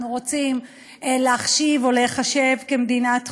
רוצים להחשיב או להיחשב למדינת חוק,